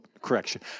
correction